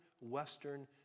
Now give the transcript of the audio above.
Western